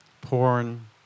porn